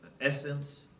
essence